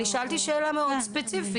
אני שאלתי שאלה מאוד ספציפית.